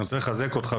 אני רוצה לחזק אותך.